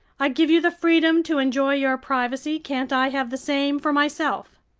i give you the freedom to enjoy your privacy, can't i have the same for myself?